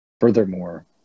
Furthermore